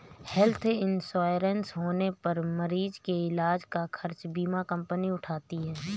health insurance होने पर मरीज के इलाज का खर्च बीमा कंपनी उठाती है